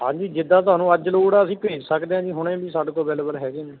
ਹਾਂਜੀ ਜਿੱਦਾਂ ਤੁਹਾਨੂੰ ਅੱਜ ਲੋੜ ਆ ਅਸੀਂ ਭੇਜ ਸਕਦੇ ਹਾਂ ਜੀ ਹੁਣ ਵੀ ਸਾਡੇ ਕੋਲ ਅਵੇਲੇਬਲ ਹੈਗੇ ਨੇ